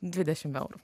dvidešimt eurų